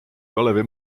kalevi